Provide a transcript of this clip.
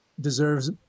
deserves